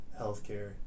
healthcare